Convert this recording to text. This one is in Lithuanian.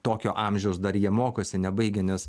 tokio amžiaus dar jie mokosi nebaigę nes